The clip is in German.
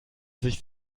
sich